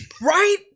Right